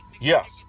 yes